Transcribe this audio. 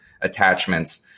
attachments